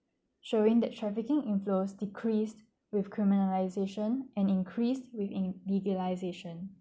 showing that trafficking inflows decrease with criminalisation and increase with in legalisation